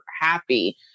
happy